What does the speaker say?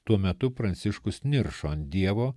tuo metu pranciškus niršo ant dievo